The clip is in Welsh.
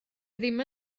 ddim